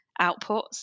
outputs